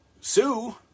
Sue